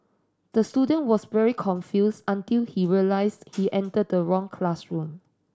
the student was very confused until he realised he entered the wrong classroom